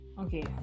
Okay